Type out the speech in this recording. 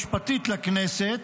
היועצת המשפטית לכנסת,